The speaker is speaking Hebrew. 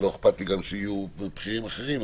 לא אכפת לי גם שיהיו בכירים אחרים,